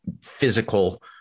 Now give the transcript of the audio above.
physical